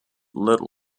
little